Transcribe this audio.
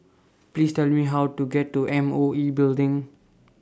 Please Tell Me How to get to M O E Building